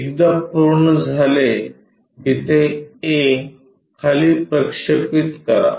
एकदा पूर्ण झाले की ते a खाली प्रक्षेपित करा